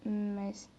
mm